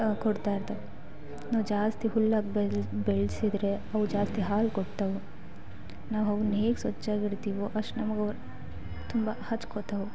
ಕೊಡ್ತಾ ಇರ್ತವೆ ನಾವು ಜಾಸ್ತಿ ಹುಲ್ಲು ಹಾಕಿ ಬೆಳ ಬೆಳಸಿದ್ರೆ ಅವು ಜಾಸ್ತಿ ಹಾಲು ಕೊಡ್ತವೆ ನಾವು ಅವ್ನ್ ಹೇಗೆ ಸ್ವಚ್ಛಾಗಿಡ್ತೀವೊ ಅಷ್ಟು ನಮಗೆ ಅವ್ರು ತುಂಬ ಹಚ್ಕೊತಾವೆ